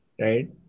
right